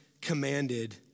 commanded